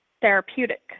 therapeutic